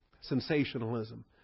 sensationalism